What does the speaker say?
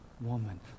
woman